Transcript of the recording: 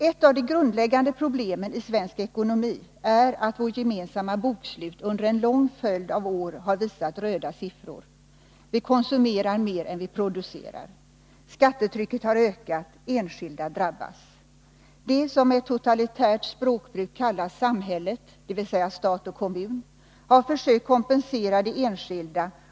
Ett av de grundläggande problemen i svensk ekonomi är att vårt gemensamma bokslut under en lång följd av år har visat röda siffror. Vi konsumerar mer än vi producerar. Skattetrycket har ökat och enskilda drabbats. Det som med totalitärt språkbruk kallas ”samhället”, dvs. stat och kommun, har försökt kompensera de enskilda.